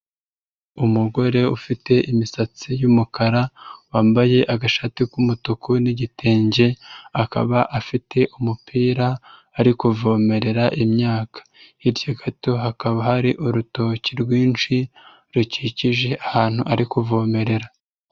Umugore ufite imisatsi y'umukara, wambaye agashati k'umutuku n'igitenge, akaba afite umupira ari kuvomerera imyaka. Hirya gato hakaba hari urutoki rwinshi, rukikije ahantu ari kuvomerera.